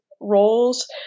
roles